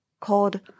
called